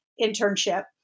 internship